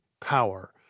power